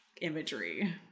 imagery